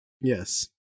yes